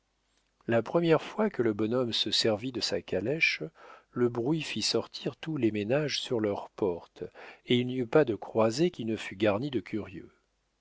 la première fois que le bonhomme se servit de sa calèche le bruit fit sortir tous les ménages sur leurs portes et il n'y eut pas de croisée qui ne fût garnie de curieux